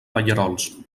pallerols